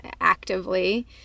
actively